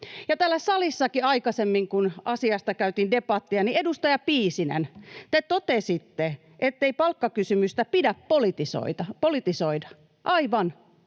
salissakin aikaisemmin, kun asiasta käytiin debattia, edustaja Piisinen, te totesitte, ettei palkkakysymystä pidä politisoida. Aivan.